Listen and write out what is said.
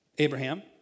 Abraham